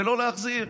ולא להחזיר.